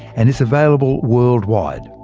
and is available worldwide.